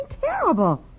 terrible